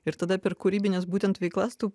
ir tada per kūrybines būtent veiklas tu